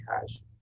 cash